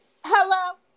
Hello